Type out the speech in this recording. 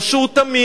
או שהוא תמים,